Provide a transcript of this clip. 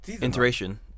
iteration